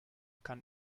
kann